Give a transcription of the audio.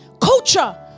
culture